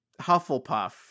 Hufflepuff